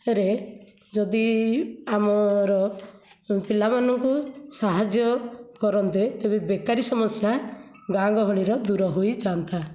ରେ ଯଦି ଆମର ପିଲାମାନଙ୍କୁ ସାହାଯ୍ୟ କରନ୍ତେ ତେବେ ବେକାରୀ ସମସ୍ୟା ଗାଁ ଗହଳିର ଦୂର ହୋଇ ଯାଆନ୍ତା